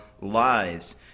lives